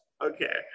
Okay